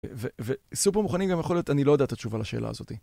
וסופר מוכנים גם יכול להיות, אני לא יודע את התשובה לשאלה הזאתי.